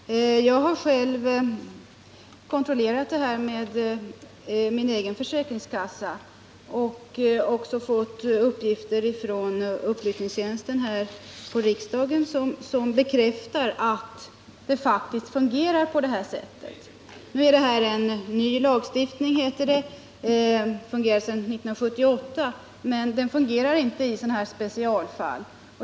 Herr talman! Det är uppenbart att den här lagstiftningen inte fungerar nu. Jag har själv kontrollerat det här med min egen försäkringskassa och även fått uppgifter från riksdagens upplysningstjänst som bekräftar att den här lagstiftningen faktiskt inte fungerar. Nu är det här en ny lagstiftning, från 1978. Men den fungerar alltså inte i sådana här specialfall.